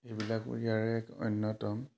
সেইবিলাকো ইয়াৰে এক অন্যতম